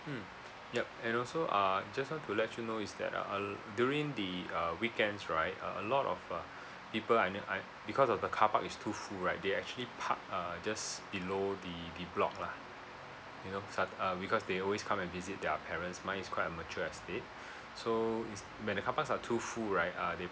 mm yup and also uh just want to let you know is that uh a l~ during the uh weekends right uh a lot of uh people I mean I because of the carpark is too full right they actually park uh just below the the block lah you know sa~ uh because they always come and visit their parents mine is quite a mature estate so is when the carparks are too full right uh they